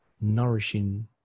nourishing